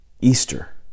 Easter